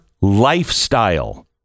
lifestyle